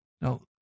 Now